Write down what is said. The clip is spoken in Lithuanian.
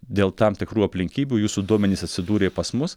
dėl tam tikrų aplinkybių jūsų duomenys atsidūrė pas mus